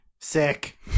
Sick